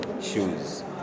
shoes